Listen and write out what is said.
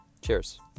Cheers